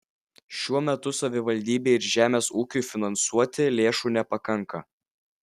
šiuo metu savivaldybei ir žemės ūkiui finansuoti lėšų nepakanka